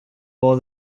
more